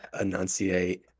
enunciate